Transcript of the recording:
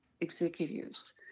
executives